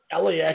LAX